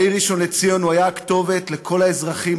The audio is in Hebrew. בעיר ראשון-לציון הוא היה הכתובת לכל האזרחים,